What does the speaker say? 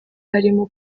harimo